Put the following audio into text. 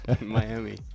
miami